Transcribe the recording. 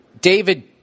David